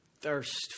thirst